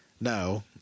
no